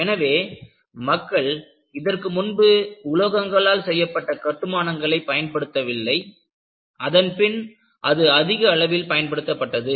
எனவே மக்கள் இதற்கு முன்பு உலோகங்களால் செய்யப்பட்ட கட்டுமானங்களைப் பயன்படுத்தவில்லை அதன்பின் அது அதிக அளவில் பயன்படுத்தப்பட்டது